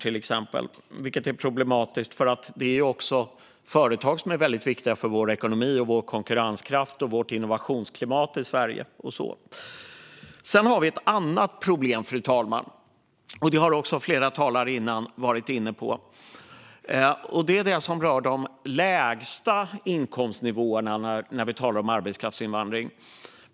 Detta är problematiskt, för det är företag som är väldigt viktiga för vår ekonomi, vår konkurrenskraft och vårt innovationsklimat i Sverige. Vi har ett problem, fru talman, som flera talare innan har varit inne på. Det rör de lägsta inkomstnivåerna när det gäller arbetskraftsinvandring.